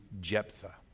Jephthah